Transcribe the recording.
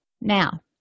now